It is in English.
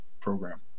program